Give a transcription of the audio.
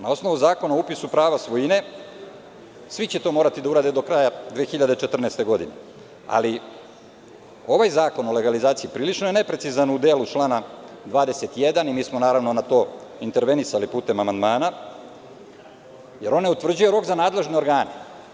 Na osnovu Zakona o upisu prava svojine svi će to morati da urade do kraja 2014. godine, ali ovaj zakon o legalizaciji prilično je neprecizan u delu člana 21. i mi smo na to intervenisali putem amandmana, jer on ne utvrđuje rok za nadležne organe.